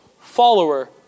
follower